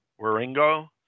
Waringo